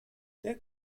der